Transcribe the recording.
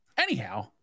Anyhow